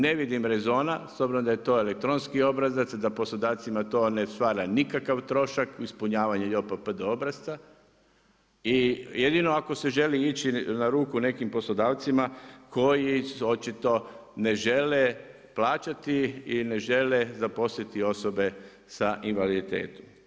Ne vidim rezana, s obzirom da je to elektronski obrazac, da poslodavcima to ne stvara nikakav trošak, ispunjavanje POPPD obrazaca i jedino ako se želi ići na ruku poslodavcima, koji očito ne žele plaćati i ne žele zaposliti osobe s invaliditetom.